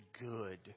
good